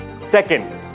Second